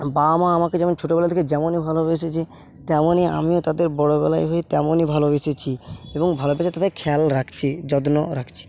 বাবা মা আমাকে যেমন ছোটবেলা থেকে যেমনই ভালোবেসেছে তেমনি আমিও তাদের বড়োবেলায় হয়ে তেমনি ভালোবেসেছি এবং ভালোবেসে তাদের খেয়াল রাখছি যত্নও রাখছি